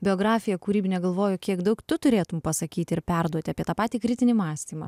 biografiją kūrybinę galvoju kiek daug tu turėtum pasakyti ir perduoti apie tą patį kritinį mąstymą